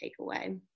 takeaway